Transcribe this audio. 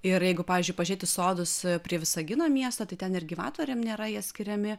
ir jeigu pavyzdžiui pažėt į sodus prie visagino miesto tai ten ir gyvatvorėm nėra jie skiriami